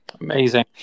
Amazing